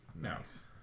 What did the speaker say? Nice